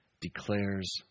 declares